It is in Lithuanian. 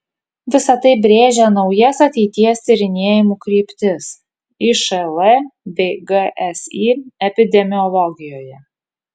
visa tai brėžia naujas ateities tyrinėjimų kryptis išl bei gsi epidemiologijoje